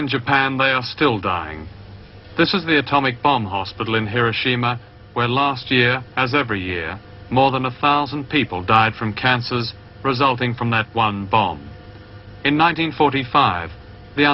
in japan they are still dying this is the atomic bomb hospital in hiroshima where last year as every year more than a thousand people died from cancers resulting from that one bomb in one hundred forty five the